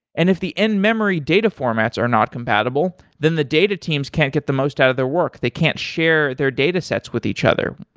and if the end memory data formats are not compatible, then the data teams can't get the most out of their work. they can't share their datasets with each other.